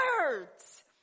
words